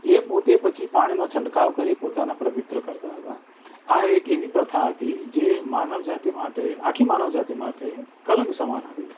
એ પોતે પછી પાણીનો છંટકાવ કરીને પોતાને પવિત્ર કરતા હતા આ એક એવી પ્રથા હતી જે માનવ જાતિ માટે આખી માનવ જાતિ માટે કલંક સમાન હતી